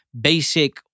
basic